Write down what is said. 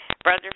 Brother